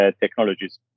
technologies